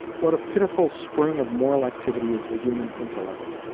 what a pitiful spring of moral activity is the human intellect!